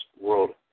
World